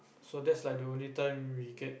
so that's like the only time we get